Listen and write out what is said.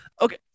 Okay